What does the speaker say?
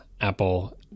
apple